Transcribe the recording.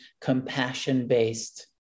compassion-based